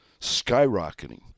skyrocketing